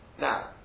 Now